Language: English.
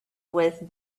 with